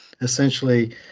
essentially